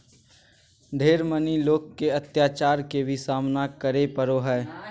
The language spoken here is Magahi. ढेर मनी लोग के अत्याचार के भी सामना करे पड़ो हय